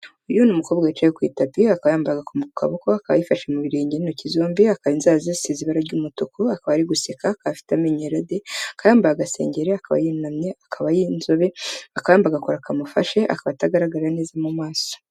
Uyu ni umukobwa wicaye ku itapi, akaba yambaye agakomo ku kaboko, akaba yifashe mu birenge n'intoki zombi, akaba inzara zisize ibara ry'umutuku, akaba ari guseka, afite amenyo yera de, akaba yambaye agasengeri, akaba yunamye, akaba ari inzobe, akaba yambaye agakora kamufashe, akaba atagaragara neza mu maso.